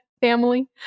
family